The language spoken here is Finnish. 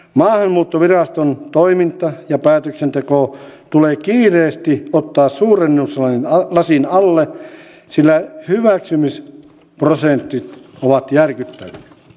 maahanmuuttoviraston toiminta ja päätöksenteko tulee kiireesti ottaa suurennuslasin alle sillä hyväksymisprosentit ovat järkyttäviä